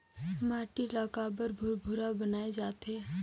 माटी ला काबर भुरभुरा बनाय जाथे?